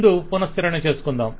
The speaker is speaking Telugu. ముందు పునశ్చరణ చేసుకొందాం